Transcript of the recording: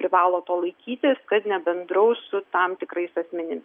privalo to laikytis kad nebendraus su tam tikrais asmenimis